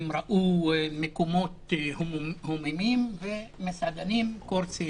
הם ראו מקומות הומים והמסעדנים קורסים.